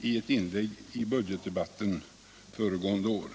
i ett inlägg i budgetdebatten föregående år.